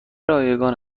رایگان